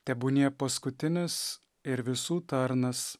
tebūnie paskutinis ir visų tarnas